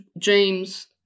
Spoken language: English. James